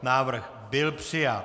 Návrh byl přijat.